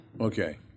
Okay